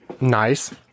Nice